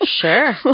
Sure